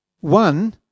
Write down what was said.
One